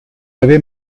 avez